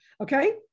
Okay